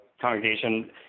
congregation